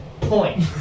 point